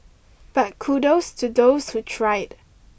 but kudos to those who tried